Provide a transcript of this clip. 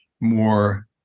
more